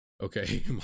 Okay